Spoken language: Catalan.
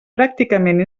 pràcticament